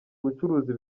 ubucuruzi